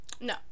No